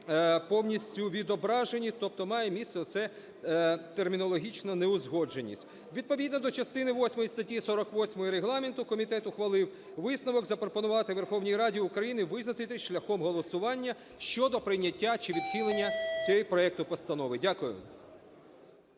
повністю відображені. Тобто має місце ця термінологічна неузгодженість. Відповідно до частини восьмої статті 48 Регламенту комітет ухвалив висновок: запропонувати Верховній Раді України визначитись шляхом голосування щодо прийняття чи відхилення цього проекту постанови. Дякую.